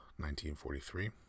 1943